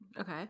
okay